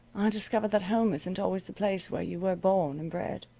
discovered that home isn't always the place where you were born and bred.